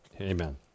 Amen